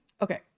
Okay